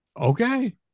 okay